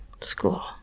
School